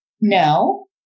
No